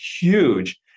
huge